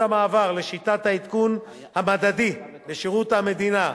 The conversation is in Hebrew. המעבר לשיטת העדכון המדדי בשירות המדינה,